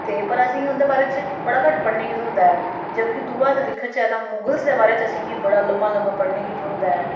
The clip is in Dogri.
ते पर असें गी उं'दे बारे च बड़ा घट्ट पढ़ने गी थ्होंदा ऐ जबकि दूआ अस दिखचै तां मुगल दे बारे च असें गी बड़ा ल'म्मा ल'म्मा असें गी पढ़ने गी थ्होंदा ऐ